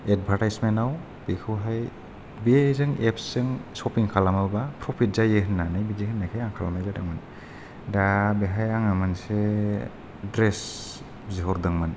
एतबाथायजमेनाव बेखौ हाय बेजों एफसजों सफिं खालामाबा फ्रफित जायो होननानै बिदि होननायखाय आं खालामनाय जादोंमोन दा बेहाय आङो मोनसे ड्रेस बिहरदोंमोन